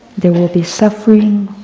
there will be suffering,